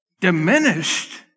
diminished